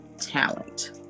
talent